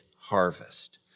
harvest